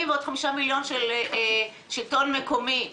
ועוד 5 מיליון שקל של השלטון המקומי.